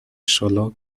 solo